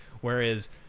whereas